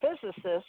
physicists